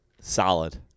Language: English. Solid